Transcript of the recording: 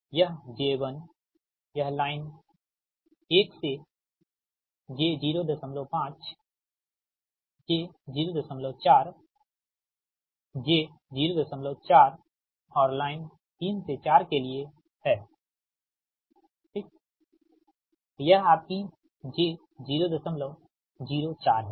तो यह j1 यह लाइन एक से j 05 j 04 j 04 और लाइन 3 से 4 के लिए हैठीक यह आपकी j004 है ठीक है